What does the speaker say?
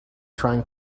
trying